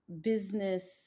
business